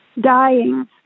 dying